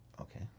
Okay